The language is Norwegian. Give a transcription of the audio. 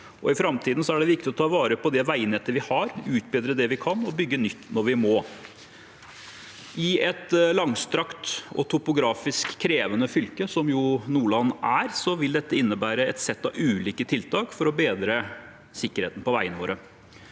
I framtiden er det viktig å ta vare på det veinettet vi har, utbedre det vi kan, og bygge nytt når vi må. I et langstrakt og topografiske krevende fylke, som jo Nordland er, vil dette innebære et sett av ulike tiltak for å bedre sikkerheten på veiene våre.